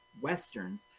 westerns